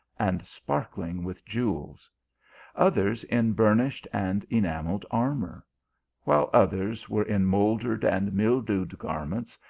and sparkling with jewels others in burnished and? enamelled armour while others were in moul dered and mildewed garments,